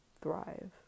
thrive